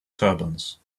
turbans